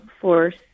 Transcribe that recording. force